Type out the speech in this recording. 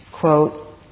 quote